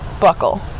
Buckle